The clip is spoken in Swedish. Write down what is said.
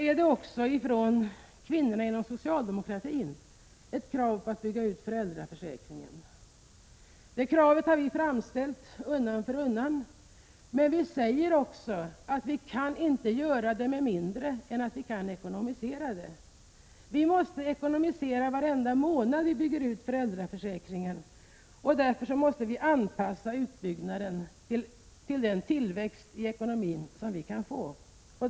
Ett krav från kvinnorna inom socialdemokratin är att man skall bygga ut föräldraförsäkringen. Det kravet har vi framställt undan för undan, men vi har också sagt att vi inte kan genomföra detta med mindre än att vi kan ekonomisera reformen. Vi måste ekonomisera varenda månad vi bygger ut föräldraförsäkringen, och därför måste vi anpassa utbyggnaden till den tillväxt i ekonomin vi kan få.